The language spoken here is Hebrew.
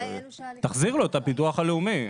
תחזיר לו את הביטוח הלאומי.